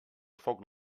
foc